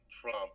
Trump